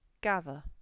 gather